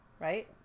right